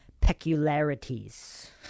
peculiarities